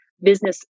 business